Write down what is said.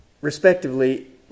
Respectively